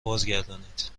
بازگردانید